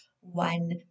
one